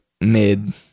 mid